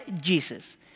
Jesus